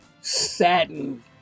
satin